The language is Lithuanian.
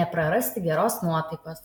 neprarasti geros nuotaikos